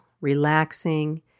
relaxing